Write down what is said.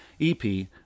EP